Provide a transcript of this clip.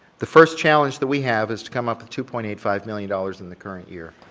the first challenge that we have is to come up with two point eight five million dollars in the current year.